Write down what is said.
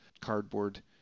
cardboard